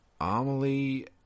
Amelie